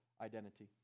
identity